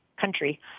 country